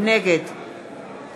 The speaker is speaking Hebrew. נגד